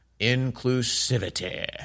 inclusivity